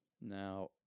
Now